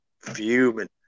fuming